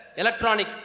electronic